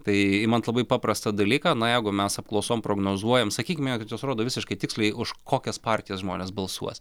tai imant labai paprastą dalyką na jeigu mes apklausom prognozuojam sakykime kad jos rodo visiškai tiksliai už kokias partijas žmonės balsuos